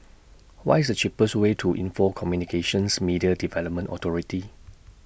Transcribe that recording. What IS The cheapest Way to Info Communications Media Development Authority